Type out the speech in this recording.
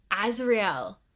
azrael